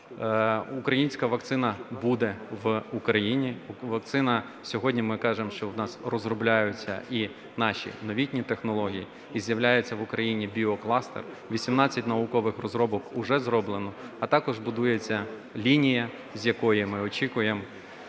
Українська вакцина буде в Україні. Сьогодні ми кажемо, що у нас розробляються і наші новітні технології і з'являється в Україні біокластер, 18 наукових розробок вже зроблено, а також будується лінія, з якої ми очікуємо